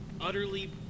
utterly